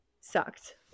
sucked